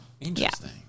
Interesting